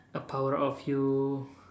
a power of you